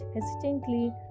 hesitantly